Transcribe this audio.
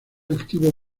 activo